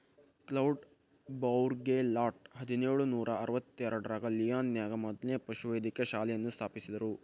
cloud Bourgelat ಹದಿನೇಳು ನೂರಾ ಅರವತ್ತೆರಡರಾಗ ಲಿಯಾನ್ ನ್ಯಾಗ ಮೊದ್ಲನೇ ಪಶುವೈದ್ಯಕೇಯ ಶಾಲೆಯನ್ನ ಸ್ಥಾಪಿಸಿದ್ರು